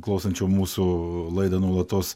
klausančių mūsų laida nuolatos